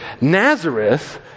Nazareth